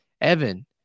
Evan